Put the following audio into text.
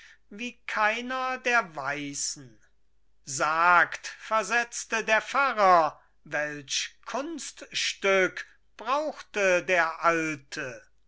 wie keiner der weisen sagt versetzte der pfarrer welch kunststück brauchte der alte